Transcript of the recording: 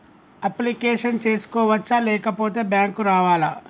Application చేసుకోవచ్చా లేకపోతే bank రావాలా?